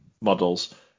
models